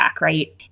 right